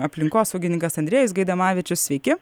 aplinkosaugininkas andrejus gaidamavičius sveiki